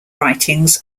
writings